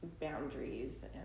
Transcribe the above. boundaries